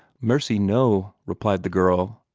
mercy, no! replied the girl,